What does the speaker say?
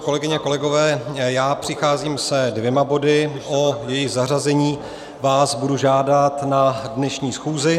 Kolegyně, kolegové, já přicházím se dvěma body, o jejichž zařazení vás budu žádat na dnešní schůzi.